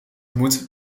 moet